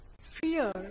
Fear